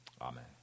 Amen